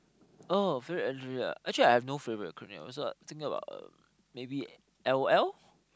oh favorite ah actually I no favorite acronym also I was thinking about um mayabe L_O_L